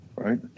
Right